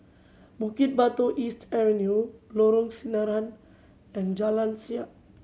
Bukit Batok East Avenue Lorong Sinaran and Jalan Siap